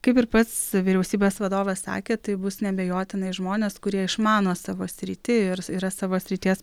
kaip ir pats vyriausybės vadovas sakė tai bus neabejotinai žmonės kurie išmano savo sritį ir yra savo srities